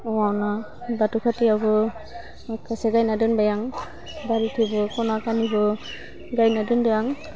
न'वावनो बाथौ खाथियावबो माखासे गायना दोनबाय आं बारिथिबो ख'ना खानिबो गायना दोनदो आं